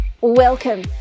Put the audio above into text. Welcome